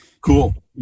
Cool